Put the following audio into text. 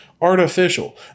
artificial